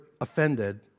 offended